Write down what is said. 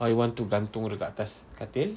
or you want to gantung dekat atas katil